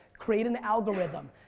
create an algorithm.